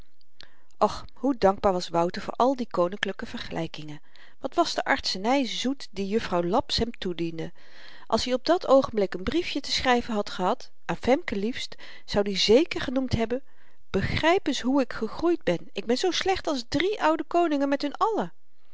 och hoe dankbaar was wouter voor al die koninklyke vergelykingen wat was de artseny zoet die juffrouw laps hem toediende als i op dat oogenblik n briefje te schryven had gehad aan femke liefst zoud i zeker geroemd hebben begryp eens hoe ik gegroeid ben ik ben zoo slecht als drie oude koningen met hun allen